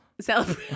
Celebrate